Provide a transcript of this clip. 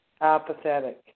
apathetic